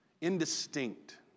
indistinct